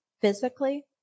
physically